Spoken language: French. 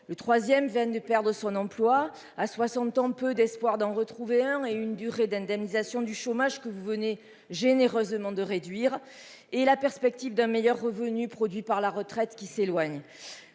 Le troisième vient de perdre son emploi à 60 ans, peu d'espoir d'en retrouver un, et une durée d'indemnisation du chômage que vous venez généreusement de réduire et la perspective d'un meilleur revenu produit par la retraite qui s'éloigne.